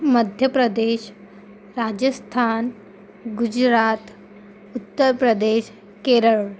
Madhya Pradesh Rajasthan Gujarat Uttar Pradesh Kerala